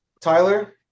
Tyler